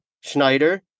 Schneider